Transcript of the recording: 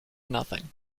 nothing